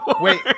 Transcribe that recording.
Wait